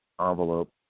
envelope